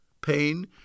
pain